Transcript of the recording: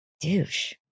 douche